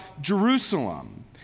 Jerusalem